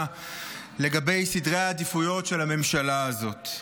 לגבי סדרי העדיפויות של הממשלה הזאת.